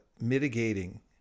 mitigating